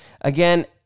Again